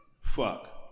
Fuck